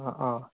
ആ ആ